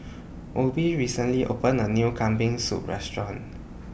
Obie recently opened A New Kambing Soup Restaurant